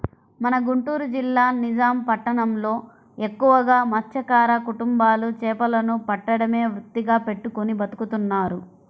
మన గుంటూరు జిల్లా నిజాం పట్నంలో ఎక్కువగా మత్స్యకార కుటుంబాలు చేపలను పట్టడమే వృత్తిగా పెట్టుకుని బతుకుతున్నారు